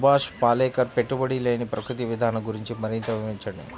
సుభాష్ పాలేకర్ పెట్టుబడి లేని ప్రకృతి విధానం గురించి మరింత వివరించండి